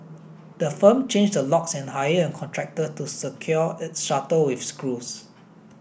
the firm changed the locks and hired a contractor to secure its shutter with screws